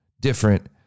different